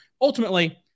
ultimately